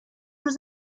روز